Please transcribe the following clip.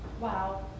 Wow